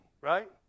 right